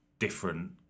different